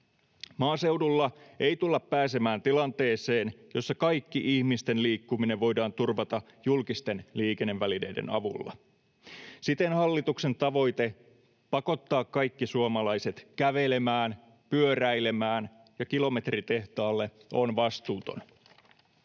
Maaseudulla ei tulla pääsemään tilanteeseen, jossa kaikki ihmisten liikkuminen voidaan turvata julkisten liikennevälineiden avulla. Siten hallituksen tavoite pakottaa kaikki suomalaiset kävelemään, pyöräilemään ja kilometritehtaalle on vastuuton.